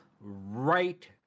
right